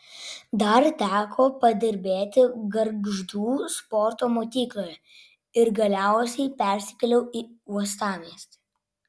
dar teko padirbėti gargždų sporto mokykloje ir galiausiai persikėliau į uostamiestį